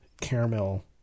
caramel